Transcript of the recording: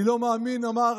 "אני לא מאמין", אמר